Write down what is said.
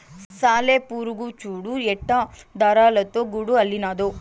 సాలెపురుగు చూడు ఎట్టా దారాలతో గూడు అల్లినాదో